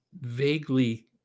vaguely